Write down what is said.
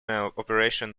operation